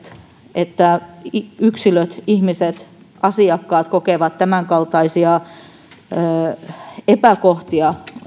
että yksilöt ihmiset asiakkaat kokevat tämänkaltaisia epäkohtia